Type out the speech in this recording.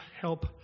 help